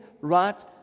right